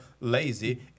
lazy